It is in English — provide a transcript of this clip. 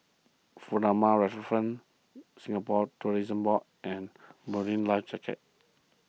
Furama Riverfront Singapore Tourism Board and Marine Life